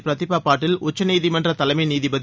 பிரதீபா பாட்டீல் உச்சநீதிமன்ற தலைமை நீதிபதி